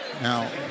Now